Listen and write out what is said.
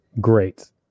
Great